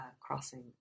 crossing